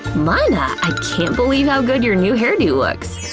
lana! i can't believe how good your new hair do looks!